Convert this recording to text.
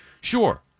Sure